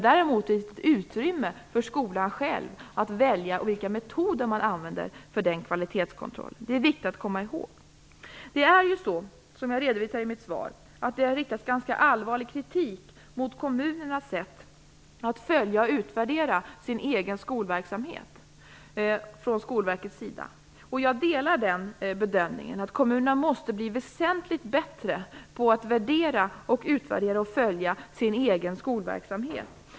Däremot finns det utrymme för skolan själv att välja vilka metoder man skall använda för den kvalitetskontrollen. Detta är viktigt att komma ihåg. Som jag redovisat i mitt svar har det riktats ganska allvarlig kritik från Skolverkets sida mot kommunernas sätt att följa och utvärdera sin egen skolverksamhet. Jag delar den bedömningen. Kommunerna måste bli väsentligt bättre på att värdera, utvärdera och följa sin egen skolverksamhet.